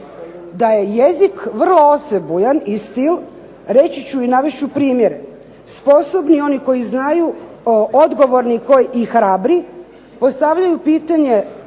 Da je jezik vrlo osebujan i stil reći ću i navest ću primjere sposobni oni koji znaju, odgovorni i hrabri postavljaju pitanje